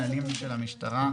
יש נהלים של המשטרה,